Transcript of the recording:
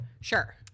Sure